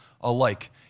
alike